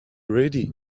ready